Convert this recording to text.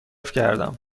کردم